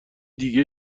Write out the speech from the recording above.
دیگه